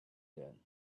din